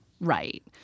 right